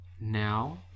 Now